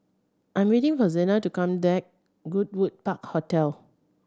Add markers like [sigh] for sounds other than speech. I'm waiting for Zena to come [unintelligible] Goodwood Park Hotel